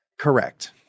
Correct